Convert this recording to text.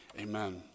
Amen